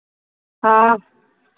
हाँ